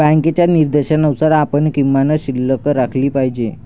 बँकेच्या निर्देशानुसार आपण किमान शिल्लक राखली पाहिजे